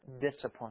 discipline